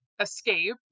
escape